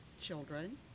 children